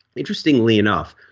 interestingly enough,